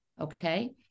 Okay